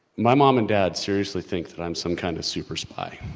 my mom and dad seriously think that i'm some kind of super spy.